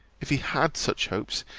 if he had such hopes,